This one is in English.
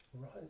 Right